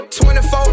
24